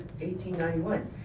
1891